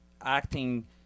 acting